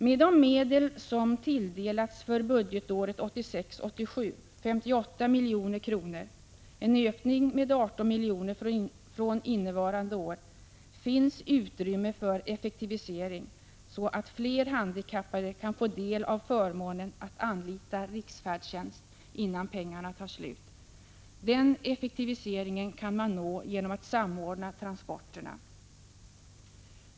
Med de medel som tilldelats för budgetåret 1986/87 — 58 miljoner, en ökning med 18 miljoner från innevarande år — finns det utrymme för en effektivisering, så att fler handikappade kan få del av förmånen att få anlita riksfärdtjänst innan pengarna är slut. Den effektiviseringen kan man nå genom att samordna transporterna.